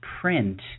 print